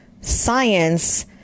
science